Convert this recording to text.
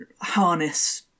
harness